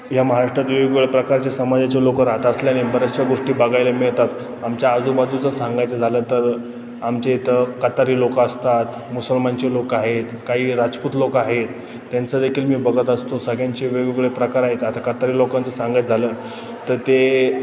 या महाराष्ट्रात वेगवेगळ्या प्रकारचे समाजाचे लोक राहात असल्याने बऱ्याचशा गोष्टी बघायला मिळतात आमच्या आजूबाजूचं सांगायचं झालं तर आमचे इथं कातारी लोक असतात मुसलमानचे लोक आहेत काही राजपूत लोक आहेत त्यांचं देखील मी बघत असतो सगळ्यांचे वेगवेगळे प्रकार आहेत आता कातारी लोकांचं सांगायचं झालं तर ते